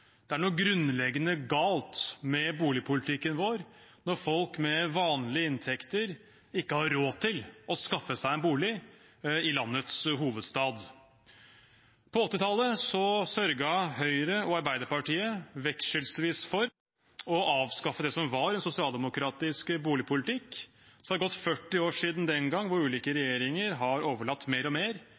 Det er noe grunnleggende galt med boligpolitikken vår når folk med vanlige inntekter ikke har råd til å skaffe seg en bolig i landets hovedstad. På 1980-tallet sørget Høyre og Arbeiderpartiet vekselsvis for å avskaffe det som var en sosialdemokratisk boligpolitikk. Så har det gått 40 år siden den gangen, hvor ulike regjeringer har overlatt mer og mer